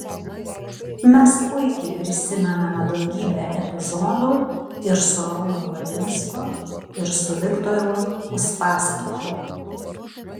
mes puikiai prisimename daugybę epizodų ir su arūnu valinsku ir su viktoru uspaskichu